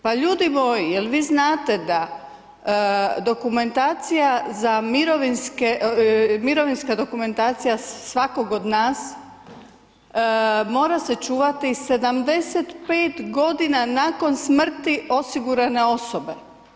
Pa ljudi moji, jel' vi znate da dokumentacija za, mirovinska dokumentacija svakoga od nas mora se čuvati 75 godina nakon smrti osigurane osobe.